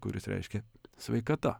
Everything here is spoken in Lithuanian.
kuris reiškia sveikata